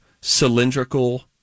cylindrical